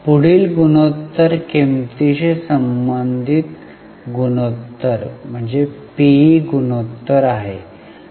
पुढील गुणोत्तर किंमतीशी संबंधित गुणोत्तर पीई गुणोत्तर आहेत